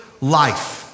life